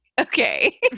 okay